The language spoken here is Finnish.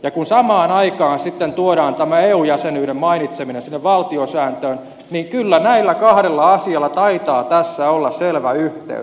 ja kun samaan aikaan sitten tuodaan tämä eu jäsenyyden mainitseminen sinne valtiosääntöön niin kyllä näillä kahdella asialla taitaa tässä olla selvä yhteys